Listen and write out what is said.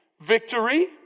victory